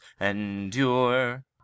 endure